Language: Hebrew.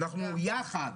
אנחנו יחד.